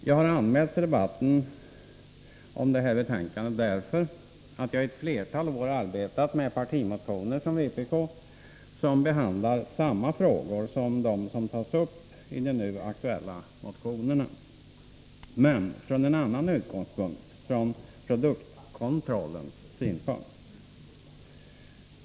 Jag har anmält mig till debatten om det här betänkandet därför att jag i ett flertal år arbetat med partimotioner från vpk som behandlar samma frågor som de som nu tas uppi de aktuella motionerna, men från en annan utgångspunkt: från produktkontrollens synpunkt.